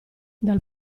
dal